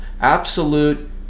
absolute